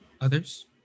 Others